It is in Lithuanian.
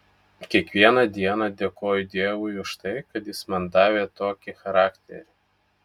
kiekvieną dieną dėkoju dievui už tai kad jis man davė tokį charakterį